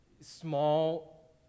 small